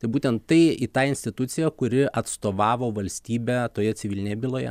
tai būtent tai į tą instituciją kuri atstovavo valstybę toje civilinėje byloje